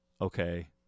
Okay